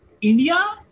India